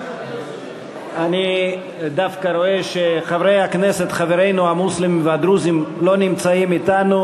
אני דווקא רואה שחברי הכנסת חברינו המוסלמים והדרוזים לא נמצאים אתנו,